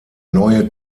neue